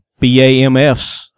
bamfs